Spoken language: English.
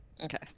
Okay